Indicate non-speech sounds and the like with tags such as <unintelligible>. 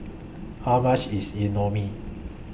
How much IS <unintelligible>